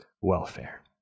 welfare